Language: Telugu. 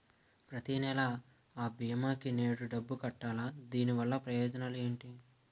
ప్రతినెల అ భీమా కి నేను డబ్బు కట్టాలా? దీనివల్ల ప్రయోజనాలు ఎంటి?